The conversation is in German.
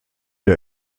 der